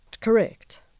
correct